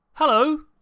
Hello